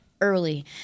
early